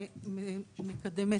בבקשה.